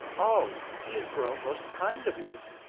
o, he is grown most kind of late.